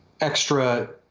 extra